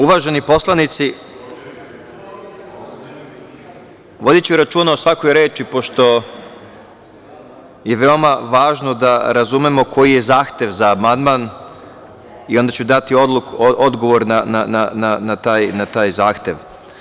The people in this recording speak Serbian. Uvaženi poslanici, vodiću računa o svakoj reči, pošto je veoma važno da razumemo koji je zahtev za amandman i onda ću dati odgovor na taj zahtev.